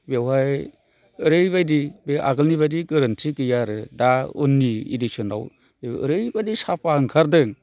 बेवहाय ओरैबायदि बे आगोलनि बायदि गोरोन्थि गैया आरो दा उननि एदिसोनाव ओरैबायदि साफा ओंखारदों